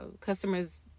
customers